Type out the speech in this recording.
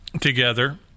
together